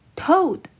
Toad